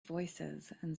voicesand